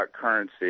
currency